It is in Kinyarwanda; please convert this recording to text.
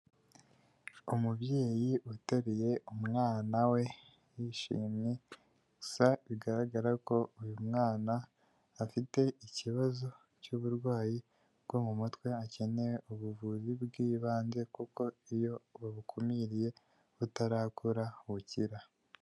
Umubyeyi uteruye umwana we yishimye gusa bigaragara ko uyu mwana afite ikibazo cy'uburwayi bwo mu mutwe akeneye ubuvuzi bw'ibanze kuko iyo babukumiriye butarakura bukira,